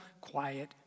quiet